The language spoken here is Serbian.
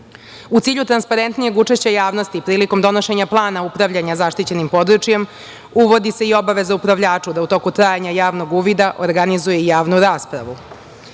U cilju transparentnijeg učešća javnosti prilikom donošenja plana upravljanja zaštićenim područjem, uvodi se i obaveza upravljaču da u toku trajanja javnog uvida organizuje i javnu raspravu. Kao